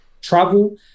travel